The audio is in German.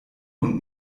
und